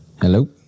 Hello